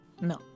No